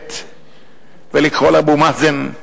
ללכת ולקרוא לאבו מאזן,